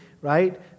right